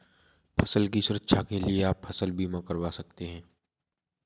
फसल की सुरक्षा के लिए आप फसल बीमा करवा सकते है